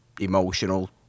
emotional